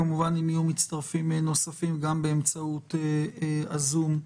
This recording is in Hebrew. כמובן אם יהיו מצטרפים נוספים, גם באמצעות הזום,